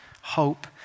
Hope